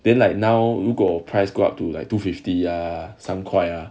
then like now 如果 price go up to like two fifty ah 三块